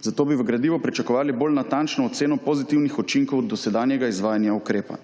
zato bi v gradivu pričakovali bolj natančno oceno pozitivnih učinkov dosedanjega izvajanja ukrepa.